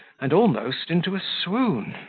and almost into a swoon.